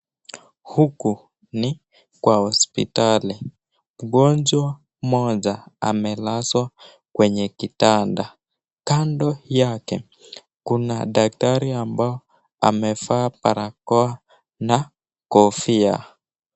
Huku ni kwa hospitali, mgonjwa mmoja amelazwa kwenye kitanda kando yake kuna daktari ambao amevaa barakoa na kofia.